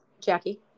jackie